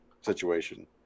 situation